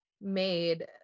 made